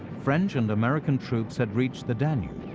french and american troops had reached the danube.